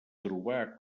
trobar